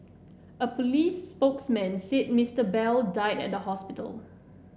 a police spokesman said Mister Bell died at the hospital